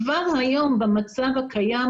כבר היום במצב הקיים,